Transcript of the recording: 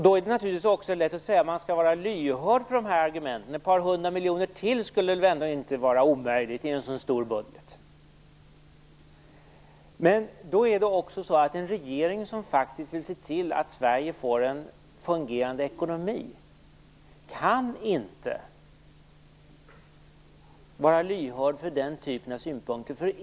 Det är naturligtvis också lätt att säga att man skall vara lyhörd för dessa argument. Ett par hundra miljoner till skulle väl ändå inte vara omöjligt i en så stor budget. Men en regering som faktiskt vill se till att Sverige får en fungerande ekonomi kan inte vara lyhörd för den typen av synpunkter.